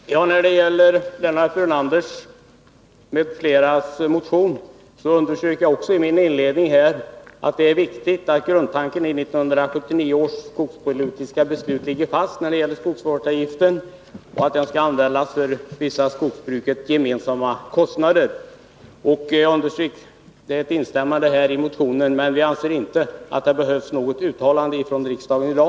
Fru talman! När det gäller motionen av Lennart Brunander m.fl. underströk också jag i min inledning att det är viktigt att grundtanken i 1979 års skogspolitiska beslut ligger fast beträffande skogsvårdsavgiften och att den skall användas för vissa för skogsbruket gemensamma kostnader. Vi instämmer i motionens syfte, men vi anser inte att det behövs något uttalande från riksdagen i dag.